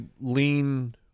lean